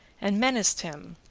and menaced him,